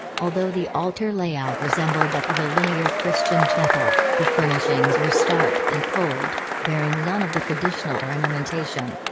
although the altar layout resembled that of a linear christian chapel, the furnishings were stark and cold, bearing none of the traditional ornamentation.